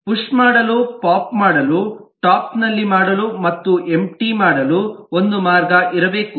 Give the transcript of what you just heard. push ಮಾಡಲು pop ಮಾಡಲು top ನಲ್ಲಿ ಮಾಡಲು ಮತ್ತು ಎಂಪ್ಟಿ ಮಾಡಲು ಒಂದು ಮಾರ್ಗ ಇರಬೇಕು